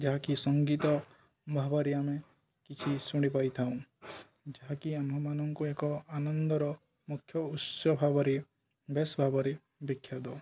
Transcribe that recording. ଯାହାକି ସଙ୍ଗୀତ ଭାବରେ ଆମେ କିଛି ଶୁଣିବାକୁ ପାଇଥାଉ ଯାହାକି ଆମ୍ଭମାନଙ୍କୁ ଏକ ଆନନ୍ଦର ମୁଖ୍ୟ ଉତ୍ସ ଭାବରେ ବେଶ ଭାବରେ ବିଖ୍ୟାତ